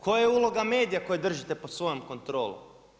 Koja je uloga medija koje držite pod svojom kontrolom?